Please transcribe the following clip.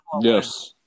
Yes